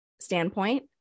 standpoint